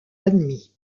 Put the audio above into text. admis